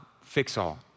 fix-all